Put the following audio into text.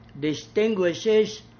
distinguishes